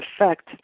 effect